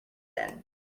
then